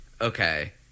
okay